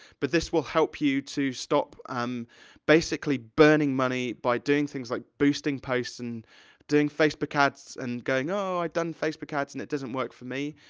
but this will help you to stop um basically burning money by doing things like boosting posts and doing facebook ads, and going, ohh, i've done facebook ads, and it doesn't work for me.